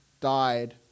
died